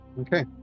Okay